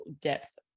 depth